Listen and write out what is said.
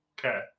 Okay